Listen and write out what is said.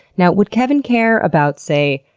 now, would kevin care about, say,